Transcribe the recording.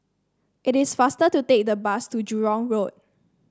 it is faster to take the bus to Jurong Road